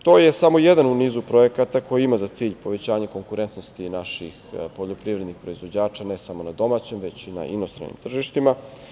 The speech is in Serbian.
To je samo jedan u nizu projekata koji ima za cilj povećanje konkurentnosti naših poljoprivrednih proizvođača, ne samo na domaćem, već i na inostranim tržištima.